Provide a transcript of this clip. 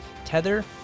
Tether